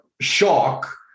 shock